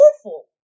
awful